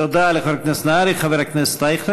תודה לחבר הכנסת נהרי.